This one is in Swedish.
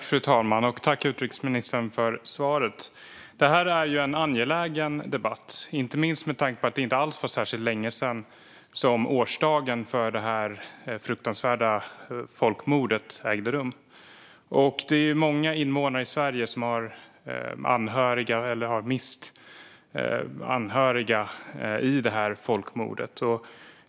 Fru talman! Tack, utrikesministern, för svaret! Det här är en angelägen debatt, inte minst med tanke på att det inte är särskilt länge sedan årsdagen för det fruktansvärda folkmordet. Det är också många invånare i Sverige som har mist anhöriga i folkmordet.